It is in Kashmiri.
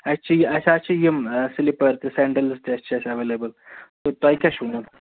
اَسہِ چھِ یہِ اَسہِ حظ چھِ یِم سِلیٖپر تہِ سیٚنٛڈلٕز تہِ چھِ اَسہِ ایٚویلیبٕل تہٕ تۅہہِ کیٛاہ چھُ نِیُن